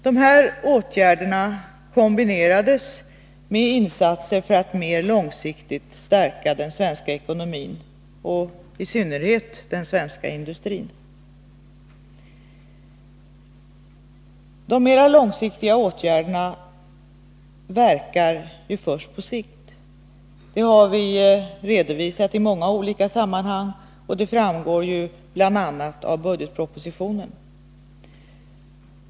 Dessa åtgärder kombinerades med insatser som syftade till att mera långsiktigt stärka den svenska ekonomin och i synnerhet den svenska industrin. De mera långsiktiga åtgärderna verkar ju först på sikt. Det har vi redovisat i många olika sammanhang, och det framgår bl.a. av budgetpropositionen.